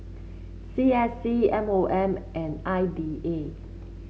C S C M O M and I D A